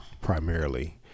Primarily